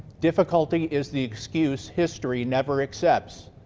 difficulty is the excuse history never accepts.